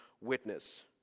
witness